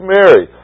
Mary